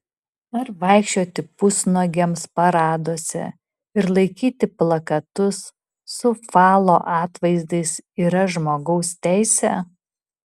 ar vaikščioti pusnuogiams paraduose ir laikyti plakatus su falo atvaizdais yra žmogaus teisė